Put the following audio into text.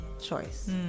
choice